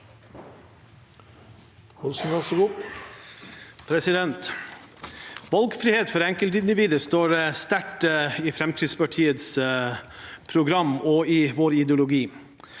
Valgfrihet for enkeltindividet står sterkt i Fremskrittspartiets program og vår ideologi.